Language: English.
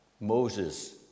Moses